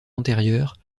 antérieure